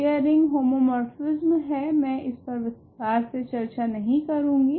तो यह यह रिंग होमोमोर्फिस्म है मैं इस पर विस्तार से चर्चा नहीं करूंगी